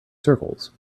circles